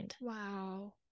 Wow